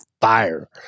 fire